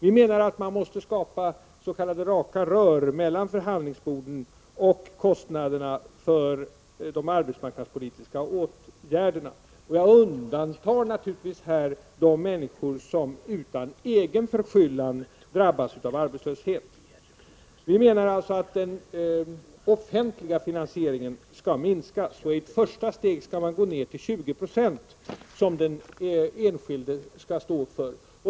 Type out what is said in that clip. Vi menar att man måste skapa s.k. raka rör mellan förhandlingsborden och kostnaderna för de arbetsmarknadspolitiska åtgärderna. Jag undantar i detta sammanhang naturligtvis de människor som utan egen förskyllan drabbas av arbetslöshet. Vi menar att den offentliga finanseringen skall minskas. I ett första steg skall den enskilde stå för 20 96.